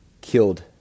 killed